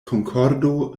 konkordo